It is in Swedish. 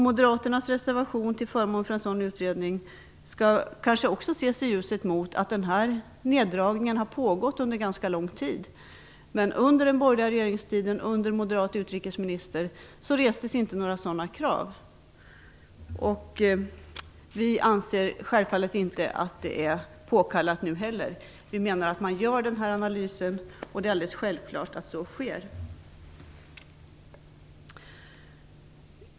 Moderaternas reservation till förmån för en sådan utredning skall kanske ses i ljuset av att dessa neddragningar pågått under lång tid. Under den borgerliga regeringstiden, under moderat utrikesminister, restes inte några sådana krav. Vi anser självfallet inte att det är påkallat nu heller. Vi menar att man gör denna analys och att det är självklart att så sker.